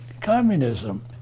communism